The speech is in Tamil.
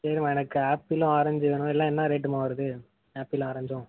சரிம்மா எனக்கு ஆப்பிளும் ஆரஞ்சு வேணும் எல்லாம் என்ன ரேட்டும்மா வருது ஆப்பிளும் ஆரஞ்சும்